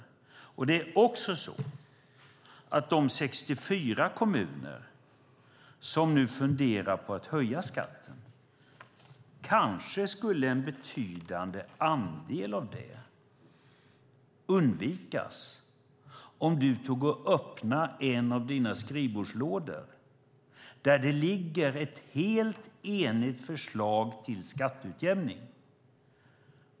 Kanske skulle en betydande andel av de 64 kommuner som nu funderar på att höja skatten kunna undvika detta om du öppnade en av dina skrivbordslådor där det ligger ett helt enigt förslag till skatteutjämning.